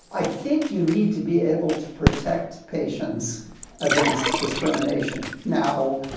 i think you need to be able to protect patients against discrimination. now,